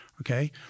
Okay